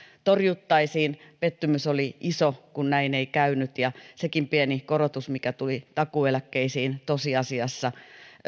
torjuttaisiin pettymys oli iso kun näin ei käynyt ja senkin pienen korotuksen mikä tuli takuueläkkeisiin tosiasiassa